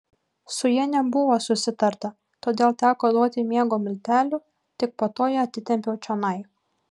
su ja nebuvo susitarta todėl teko duoti miego miltelių tik po to ją atitempiau čionai